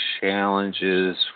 challenges